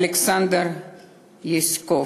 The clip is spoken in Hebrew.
אלכסנדר יסקוף: